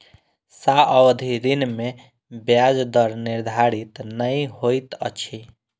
सावधि ऋण में ब्याज दर निर्धारित नै होइत अछि